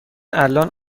الان